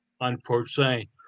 Unfortunately